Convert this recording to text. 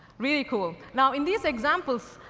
really cool. now, in these examples,